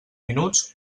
minuts